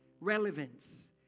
relevance